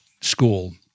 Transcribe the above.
school